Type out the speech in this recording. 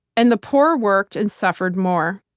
and the poor worked and suffered more.